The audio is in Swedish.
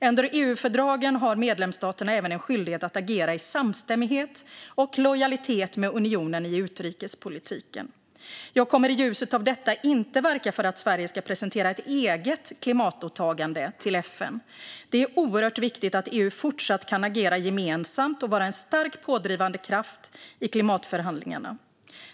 Under EU-fördragen har medlemsstaterna även en skyldighet att agera i samstämmighet och lojalitet med unionen i utrikespolitiken. Jag kommer i ljuset av detta inte att verka för att Sverige ska presentera ett eget klimatåtagande till FN. Det är oerhört viktigt att EU fortsatt kan agera gemensamt och vara en stark pådrivande kraft i klimatförhandlingarna.